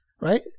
right